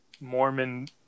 Mormon